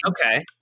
Okay